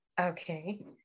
Okay